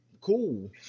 cool